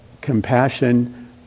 compassion